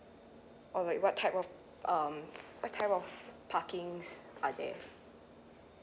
or like what type of um what type of parkings are there